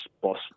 boss